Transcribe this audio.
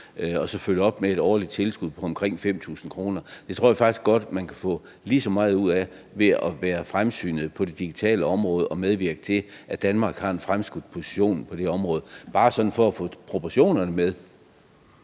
og så følge op med et årligt tilskud på omkring 5.000 kr. Det tror jeg faktisk godt at man kan få lige så meget ud af ved at være fremsynet på det digitale område og medvirke til, at Danmark har en fremskudt position på det område. Sagt bare for sådan at få proportionerne med.